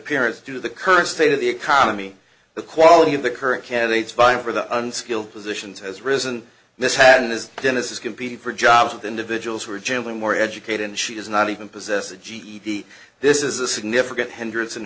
the current state of the economy the quality of the current candidates vying for the unskilled positions has risen this had it is dennis is competing for jobs with individuals who are generally more educated and she is not even possess a ged this is a significant hindrance in